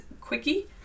Quickie